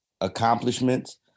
accomplishments